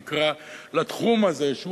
והמס שלנו נקרא: מס